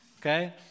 okay